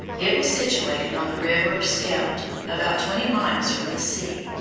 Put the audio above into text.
it was situated on the river scheldt about twenty miles from the sea.